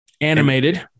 Animated